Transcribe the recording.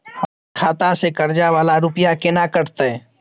हमर खाता से कर्जा वाला रुपिया केना कटते?